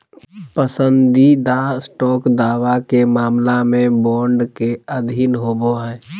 पसंदीदा स्टॉक दावा के मामला में बॉन्ड के अधीन होबो हइ